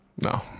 No